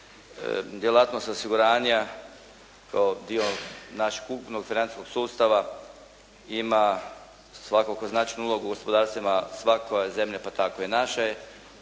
djelatnost osiguranja kao dio našeg ukupnog financijskog sustava ima svakako značajnu ulogu u gospodarstvima svake zemlje pa tako i naše.